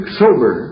sober